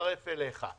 להצטרף אליך.